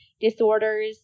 disorders